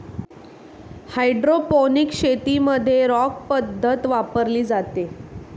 hydroponics शेतीमध्ये rock पद्धत वापरली जाते